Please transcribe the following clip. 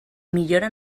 millora